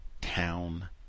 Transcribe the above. town